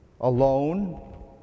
Alone